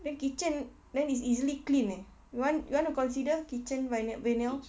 then kitchen then is easily clean eh you want you want to consider kitchen vinyl vinyl